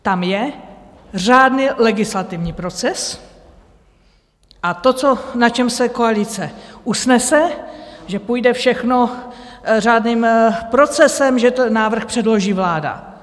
Tam je řádný legislativní proces a to, na čem se koalice usnese, že půjde všechno řádným procesem, že návrh předloží vláda.